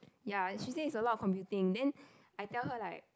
ya she thinks it's a lot of computing then I tell her like